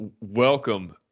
welcome